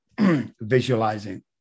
visualizing